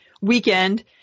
weekend